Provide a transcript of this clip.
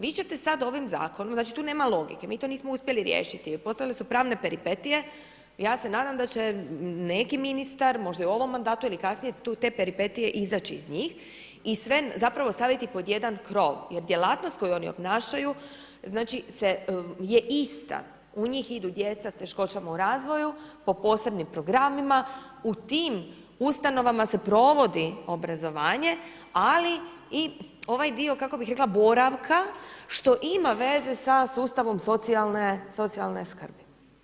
Vi ćete sad, ovim Zakonom, znači tu nema logike, mi to nismo uspjeli riješiti, postojale su pravne peripetije i ja se nadam da će neki ministar, možda i u ovom mandatu ili kasnije, te peripetije izaći iz njih, i sve zapravo staviti pod jedan krov, jer djelatnost koju oni obnašaju je ista, u njih idu djeca s teškoćama u razvoju, po posebnim programima, u tim Ustanovama se provodi obrazovanje, ali i ovaj dio, kako bih rekla boravka, što ima veze sa sustavom socijalne skrbi.